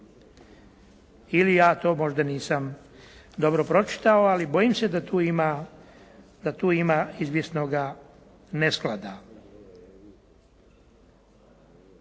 Ili ja to možda nisam dobro pročitao, ali bojim se da tu ima izvjesnoga nesklada.